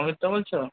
অমিতদা বলছো